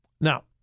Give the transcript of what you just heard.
Now